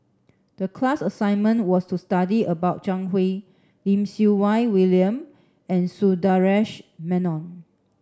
the class assignment was to study about Zhang Hui Lim Siew Wai William and Sundaresh Menon